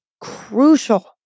crucial